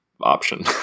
option